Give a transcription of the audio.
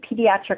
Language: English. Pediatric